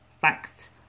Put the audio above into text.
facts